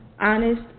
honest